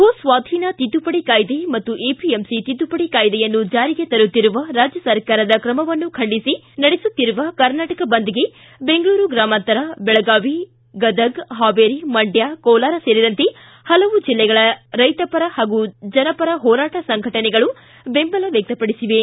ಭೂ ಸ್ವಾಧೀನ ತಿದ್ದುಪಡಿ ಕಾಯ್ದೆ ಮತ್ತು ಎಪಿಎಂಸಿ ತಿದ್ದುಪಡಿ ಕಾಯ್ದೆಯನ್ನು ಜಾರಿಗೆ ತರುತ್ತಿರುವ ರಾಜ್ಯ ಸರ್ಕಾರದ ಕ್ರಮವನ್ನು ಖಂಡಿಸಿ ನಡೆಸುತ್ತಿರುವ ಕರ್ನಾಟಕ ಬಂದ್ಗೆ ಬೆಂಗಳೂರು ಗ್ರಾಮಾಂತರ ಬೆಳಗಾವಿ ಗದಗ್ ಹಾವೇರಿ ಮಂಡ್ಲ ಕೋಲಾರ ಸೇರಿದಂತೆ ಹಲವು ಜಿಲ್ಲೆಗಳ ಹಲವು ರೈಶಪರ ಹಾಗೂ ಜನಪರ ಹೋರಾಟ ಸಂಘಟನೆಗಳು ಬೆಂಬಲ ವ್ಯಕ್ತಪಡಿಸಿವೆ